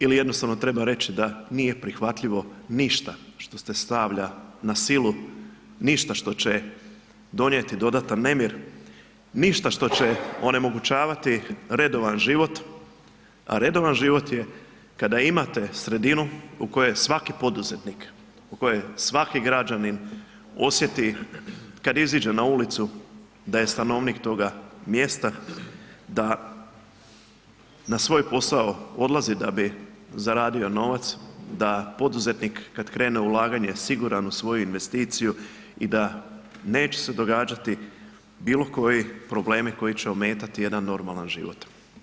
Ili jednostavno treba reći da nije prihvatljivo ništa što se stavlja na silu, ništa što će donijeti dodatan nemir, ništa što će onemogućavati redovan život, a redovan život je kada imate sredinu u kojoj svaki poduzetnik, u kojoj svaki građanin osjeti kad iziđe na ulicu da je stanovnik toga mjesta, da na svoj posao odlazi da bi zaradio novac, da poduzetnik kad krene u ulaganje je siguran u svoju investiciju i da neće se događati bilo koji problemi koji će ometati jedan normalan život.